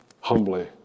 humbly